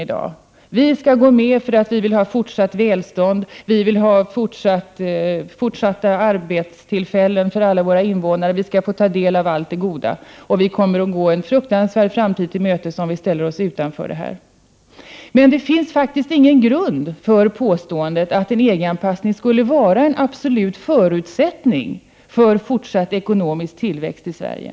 Vi skall gå med i den inre marknaden för att vi vill ha fortsatt välstånd, fortsatt gott om arbetstillfällen för alla våra invånare och för att vi vill ta del av allt det goda. Vi kommer att gå en fruktansvärd framtid till mötes om vi ställer oss utanför. Det finns emellertid inte någon grund för påståendet att en EG-anpassning skulle vara en absolut förutsättning för fortsatt ekonomisk tillväxt i Sverige.